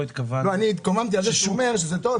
התכוונו --- לא אני התקוממתי על זה שהוא אומר שזה טוב,